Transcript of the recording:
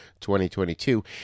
2022